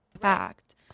Fact